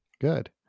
Good